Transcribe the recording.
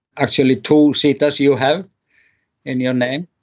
actually two zetas you have in your name